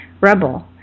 rebel